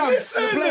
Listen